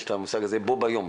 יש את המושג הזה בו ביום.